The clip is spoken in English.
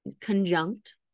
Conjunct